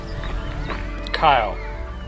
Kyle